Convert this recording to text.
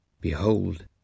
Behold